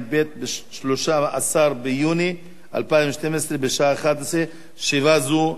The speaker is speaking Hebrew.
13 ביוני 2012, בשעה 11:00. ישיבה זו נעולה.